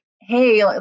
hey